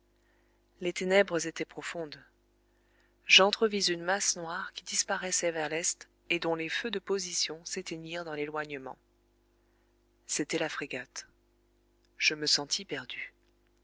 les ténèbres étaient profondes j'entrevis une masse noire qui disparaissait vers l'est et dont les feux de position s'éteignirent dans l'éloignement c'était la frégate je me sentis perdu